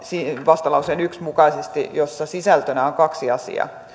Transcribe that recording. vastalauseen yksi mukaisesti yhteisen lausumaesityksen jossa sisältönä on kaksi asiaa